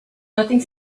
nothing